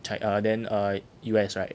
Chin~ uh than uh U_S right